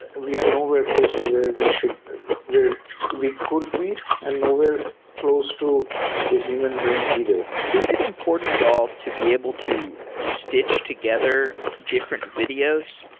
and we are nowhere close to where we should where we could be and nowhere close to the human brain either is it important at all to be able to stitch together different videos?